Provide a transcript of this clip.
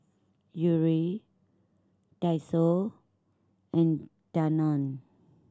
Yuri Daiso and Danone